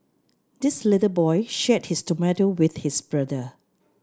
this little boy shared his tomato with his brother